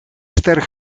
sterk